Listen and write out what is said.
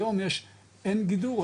היום אין גידור,